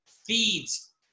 feeds